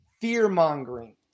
fear-mongering